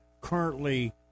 currently